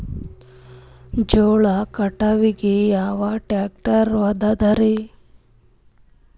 ಜೋಳ ಕಟಾವಿಗಿ ಯಾ ಟ್ಯ್ರಾಕ್ಟರ ಛಂದದರಿ?